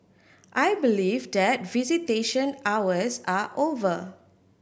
I believe that visitation hours are over